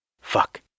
Fuck